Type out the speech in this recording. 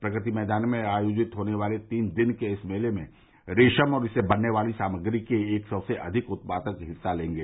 प्रग होने वाले तीन दिन के इस मेले में रेशम और इससे बनने वाली सामग्री के एक सौ से अधिक उत्पादक हिस्सा लेंगे